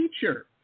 feature